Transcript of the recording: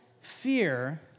fear